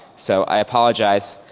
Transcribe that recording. so i apologize.